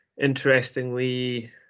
interestingly